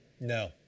No